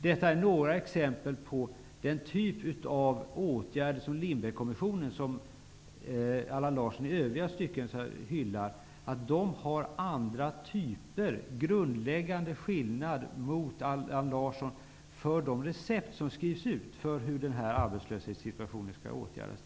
Det är några exempel på den typ av åtgärder som föreslås av Lindbeckkommissionen, som Allan Larsson i övriga stycken hyllar. Den grundläggande skillnaden gentemot Allan Larsson ligger i de recept som skrivs ut för hur arbetslöshetssituationen skall åtgärdas.